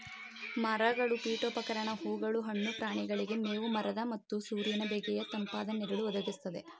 ಮರಗಳು ಪೀಠೋಪಕರಣ ಹೂಗಳು ಹಣ್ಣು ಪ್ರಾಣಿಗಳಿಗೆ ಮೇವು ಮರದ ಮತ್ತು ಸೂರ್ಯನ ಬೇಗೆಯ ತಂಪಾದ ನೆರಳು ಒದಗಿಸ್ತದೆ